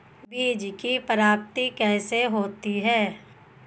बीज की प्राप्ति कैसे होती है?